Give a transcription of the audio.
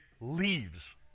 leaves